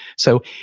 so,